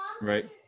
Right